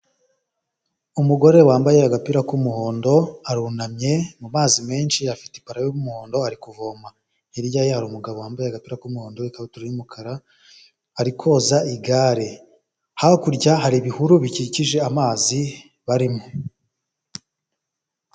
Umugore wambaye agapira k'umuhondo arunamye mazi menshi afite ipara y'umuhondo ari kuvoma, hirya hari umugabo wambaye agapira k'umuhondo n'ikakabutura y'umukara, ari koza igare, hakurya hari ibihuru bikikije amazi barimo.